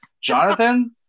Jonathan